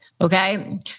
Okay